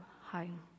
home